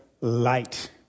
light